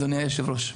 אדוני היושב-ראש.